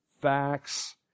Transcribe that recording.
facts